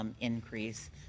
increase